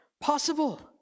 possible